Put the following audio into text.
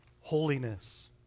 holiness